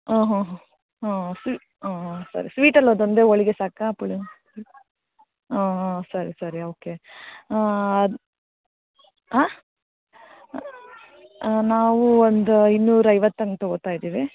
ಹ್ಞೂ ಹ್ಞೂ ಹ್ಞೂ ಹ್ಞೂ ಫೀ ಹ್ಞೂ ಸರಿ ಸ್ವೀಟಲ್ಲಿ ಅದೊಂದೇ ಹೋಳ್ಗೆ ಸಾಕಾ ಪುಳಿ ಹಾಂ ಹಾಂ ಸರಿ ಸರಿ ಓಕೆ ಆ ನಾವು ಒಂದು ಇನ್ನೂರ ಐವತ್ತು ಹಂಗ್ ತಗೋತ ಇದ್ದೀವಿ